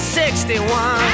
61